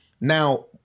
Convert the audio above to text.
Now